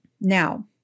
Now